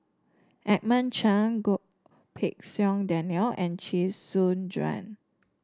Edmund Cheng Goh Pei Siong Daniel and Chee Soon Juan